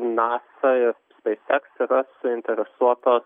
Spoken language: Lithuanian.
nasa ir spacex yra suinteresuotos